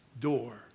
door